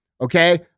okay